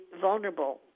vulnerable